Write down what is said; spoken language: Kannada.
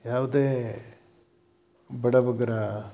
ಯಾವುದೇ ಬಡಬಗ್ಗರ